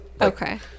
okay